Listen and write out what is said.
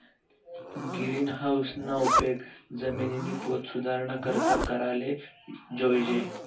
गिरीनहाऊसना उपेग जिमिननी पोत सुधाराना करता कराले जोयजे